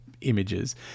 images